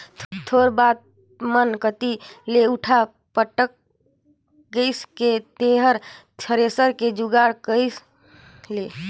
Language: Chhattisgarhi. थोर बात मन कति ले उठा पटक कइर के तेंहर थेरेसर के जुगाड़ कइर ले